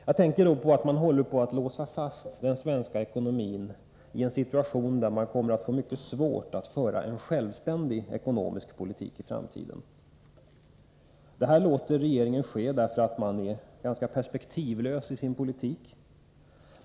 Jag tänker då på att man håller på att låsa fast den svenska ekonomin i en situation där man kommer att få mycket svårt att föra en självständig ekonomisk politik i framtiden. Detta låter regeringen ske, därför att man varit ganska perspektivlös i sin politik.